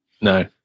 No